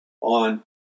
on